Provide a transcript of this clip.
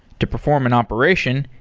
to perform an operation,